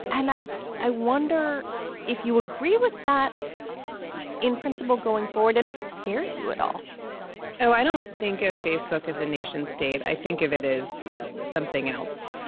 and i i wonder if you agree with that in principle going forward and if it scares you at all oh, i don't think of facebook as a nation state. i think of it is something else.